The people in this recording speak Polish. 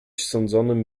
sądzonym